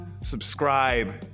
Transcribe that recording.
subscribe